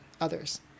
others